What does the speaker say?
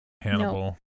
Hannibal